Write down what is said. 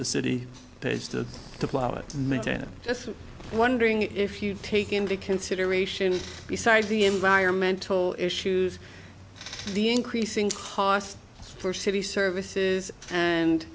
town just wondering if you take into consideration besides the environmental issues the increasing cost for city services and